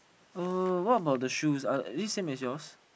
oh what about the shoes are is it same as yours